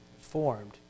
formed